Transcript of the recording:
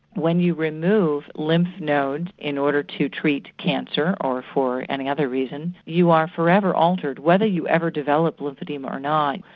when you remove lymph nodes in order to treat cancer, or for any other reason, you are forever altered. whether you ever develop lymphoedema or not,